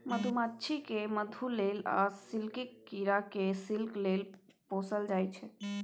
मधुमाछी केँ मधु लेल आ सिल्कक कीरा केँ सिल्क लेल पोसल जाइ छै